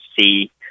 see